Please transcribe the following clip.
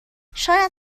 شاید